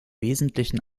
wesentlichen